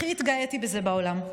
הכי התגאיתי בזה בעולם,